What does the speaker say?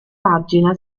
pagina